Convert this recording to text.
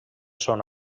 son